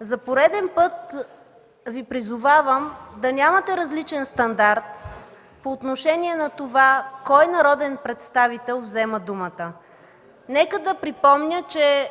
За пореден път Ви призовавам да нямате различен стандарт по отношение на това кой народен представител взема думата. Нека да припомня, че